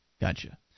Gotcha